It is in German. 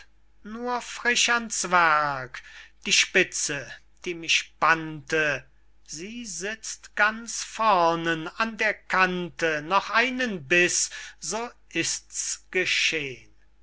nur frisch ans werk die spitze die mich bannte sie sitzt ganz vornen an der kante noch einen biß so ist's geschehn